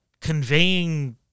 conveying